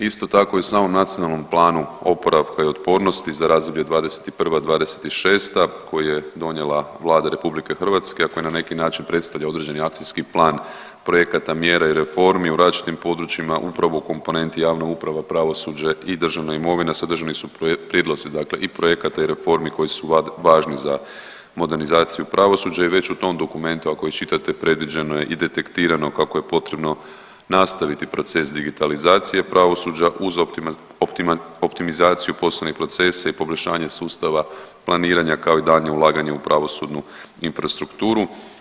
Isto tako i u samom NPOO-u za razdoblje '21.-'26. koji je donijela Vlada RH, a koji na neki način predstavlja određeni akcijski plan projekata mjere i reformi u različitim područjima upravo u komponenti javna uprava, pravosuđe i državna imovina sadržani su prijedlozi dakle i projekata i reformi koji su važni za modernizaciju pravosuđa i već u tom dokumentu ako iščitate predviđeno je i detektirano kako je potrebno nastaviti proces digitalizacije pravosuđa uz optimizaciju poslovnih procesa i poboljšanje sustava planiranja, kao i daljnje ulaganje u pravosudnu infrastrukturu.